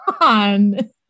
on